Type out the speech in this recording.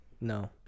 No